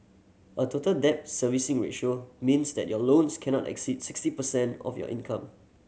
a Total Debt Servicing Ratio means that your loans cannot exceed sixty percent of your income